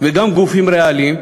וגם גופים ריאליים,